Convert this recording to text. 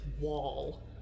wall